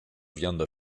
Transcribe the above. viande